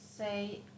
say